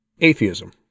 atheism